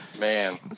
man